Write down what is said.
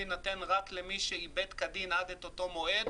יינתן רק למי שעיבד כדין עד אותו מועד,